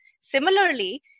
Similarly